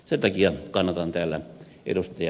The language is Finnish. sen takia kannatan täällä ed